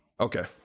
Okay